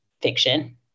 fiction